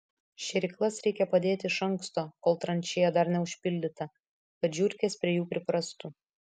šėryklas reikia padėti iš anksto kol tranšėja dar neužpildyta kad žiurkės prie jų priprastų